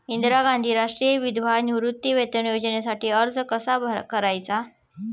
इंदिरा गांधी राष्ट्रीय विधवा निवृत्तीवेतन योजनेसाठी अर्ज कसा करायचा?